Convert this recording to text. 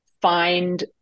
find